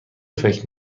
فکر